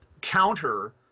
counter